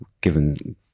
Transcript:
given